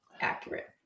accurate